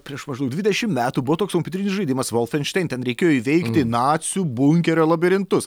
prieš maždaug dvidešimt metų buvo toks kompiuterinis žaidimas volfenštein ten reikėjo įveikti nacių bunkerio labirintus